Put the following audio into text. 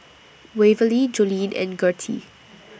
Waverly Joline and Gertie